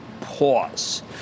pause